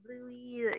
bluey